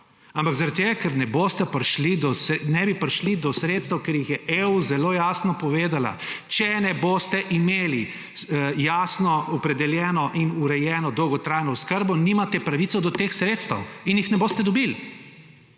ampak zaradi tega, ker ne bi prišli do sredstev, ker jih je EU zelo jasno povedala: če ne boste imeli jasno opredeljeno in urejeno dolgotrajno oskrbo, nimate pravice do teh sredstev in jih ne boste dobili.